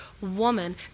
woman